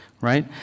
right